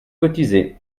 cotisé